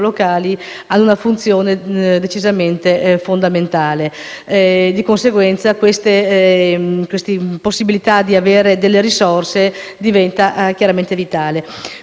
quindi una funzione decisamente fondamentale e di conseguenza la possibilità di avere delle risorse diventa vitale.